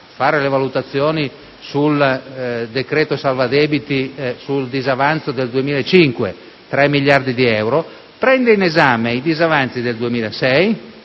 serie di valutazioni sul decreto «salvadebiti» sul disavanzo del 2005 (3 miliardi di euro), prende in esame i disavanzi del 2006,